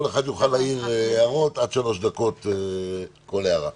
כל אחד יוכל להעיר הערות עד שלוש דקות לכל הערה,